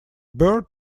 bird